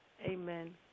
Amen